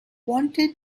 wanted